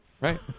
right